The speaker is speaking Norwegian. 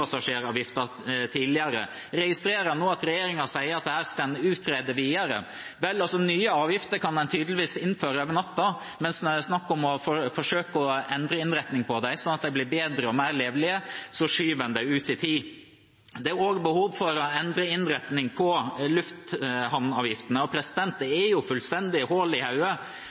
flypassasjeravgiften tidligere. Jeg registrerer nå at regjeringen sier at dette skal en utrede videre. Vel, nye avgifter kan en tydeligvis innføre over natta, men når det er snakk om å forsøke å endre innretningen på dem, slik at de blir bedre og mer levelige, skyver en det ut i tid. Det er også behov for å endre innretningen på lufthavnavgiftene. Det er også fullstendig høl i